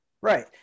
Right